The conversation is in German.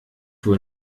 wohl